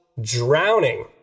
drowning